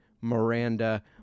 Miranda